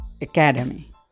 Academy